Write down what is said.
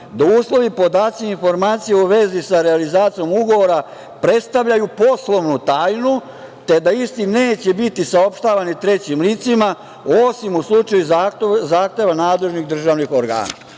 da uslovi, podaci, informacije u vezi sa realizacijom ugovora predstavljaju poslovnu tajnu, te da isti neće biti saopštavani trećim licima, osim u slučaju zahteva nadležnih državnih organa“.Na